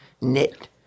knit